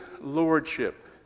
lordship